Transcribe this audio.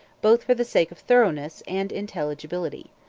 both for the sake of thoroughness and intelligibility.